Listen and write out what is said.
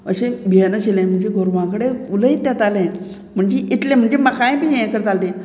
अशें भियेन आशिल्लें म्हणजे गोरवां कडेन उलयत येतालें म्हणजे इतलें म्हणजे म्हाकाय बी हें करतालें तें